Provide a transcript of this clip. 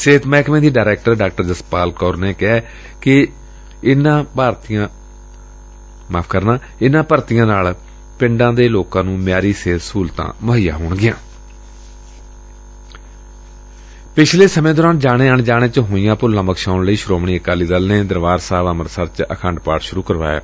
ਸਿਹਤ ਮਹਿਕਮੇ ਦੀ ਡਾਇਰੈਕਟਰ ਡਾ ਜਸਪਾਲ ਕੌਰ ਨੇ ਕਿਹਾ ਕਿ ਇਨੂਾਂ ਭਰਤੀਆਂ ਨਾਲ ਪਿੰਡਾਂ ਦੇ ਲੋਕਾਂ ਨੁੰ ਮਿਆਰੀ ਸਿਹਤ ਸਹੁਲਤਾਂ ਮੁਹੱਈਆ ਹੋਣਗੀਆਂ ਪਿਛਲੇ ਸਮੇਂ ਦੌਰਾਨ ਜਣੇ ਅਣਜਾਣੇ ਚ ਹੋਈਆਂ ਭੁੱਲਾਂ ਬਖਸ਼ਾਉਣ ਲਈ ਸ੍ਰੋਮਣੀ ਅਕਾਲੀ ਦਲ ਨੇ ਬਰਾਬਰ ਸਾਹਿਬ ਅੰਮ੍ਤਿਸਰ ਵਿਖੇ ਆਖੰਡ ਪਾਠ ਸੁਰੁ ਕਰਵਾਇਐ